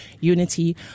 Unity